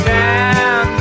down